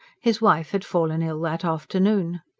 his wife had fallen ill that afternoon.